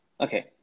Okay